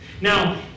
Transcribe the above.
Now